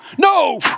no